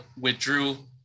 withdrew